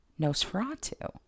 Nosferatu